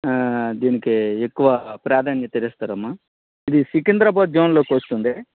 ఆ దీనికి ఎక్కువ ప్రాధాన్యత ఇస్తారమ్మా ఇది సికింద్రాబాద్ జోన్ లోకి వస్తుంది